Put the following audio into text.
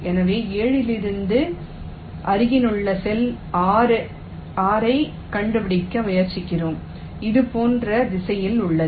எனவே 7 இலிருந்து அருகிலுள்ள செல் 6 ஐக் கண்டுபிடிக்க முயற்சிக்கிறோம் இது போன்ற திசையில் உள்ளது